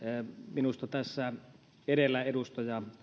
minusta tässä edellä edustaja